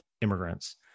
immigrants